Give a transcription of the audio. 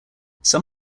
some